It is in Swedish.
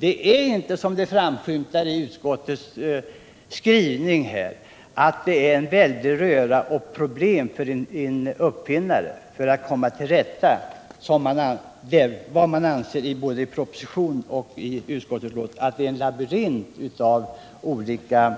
Det är inte som det framskymtar i utskottets skrivning en väldig röra och många problem för en uppfinnare. Man anser både i propositionen och i utskottsbetänkandet att det är en labyrint av olika